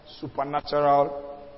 supernatural